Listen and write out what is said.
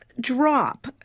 drop